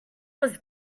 was